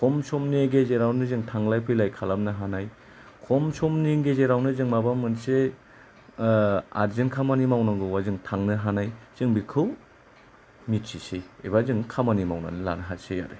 खम समनि गेजेरावनो जों थांलाय फैलाय खालामनो हानाय खम समनि गेजेरावनो जों माबा मोनसे आरजेन्ट खामानि मावनांगौबा जों थांनो हानाय जों बेखौ मिथिसै एबा जों खामानि मावनानै लानो हासै आरो